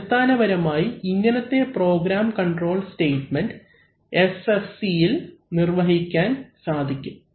അടിസ്ഥാനപരമായി ഇങ്ങനത്തെ program control statement SFCഇൽ നിർവഹിക്കാൻ സാധിക്കും